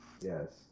Yes